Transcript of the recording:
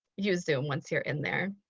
use zoom once you're in there.